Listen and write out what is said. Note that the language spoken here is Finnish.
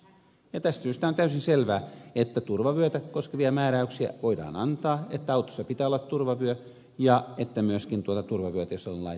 tästä syystä on täysin selvää että turvavyötä koskevia määräyksiä voidaan antaa niin että autossa pitää olla turvavyö ja että myöskin tuota turvavyötä jos sellainen on pitää käyttää